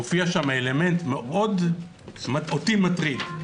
מופיע שם אלמנט שאותי מאוד מטריד,